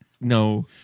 No